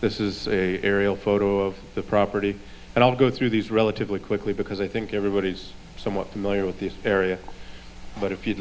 this is a aerial photo of the property and i'll go through these relatively quickly because i think everybody's somewhat familiar with the area but if you'd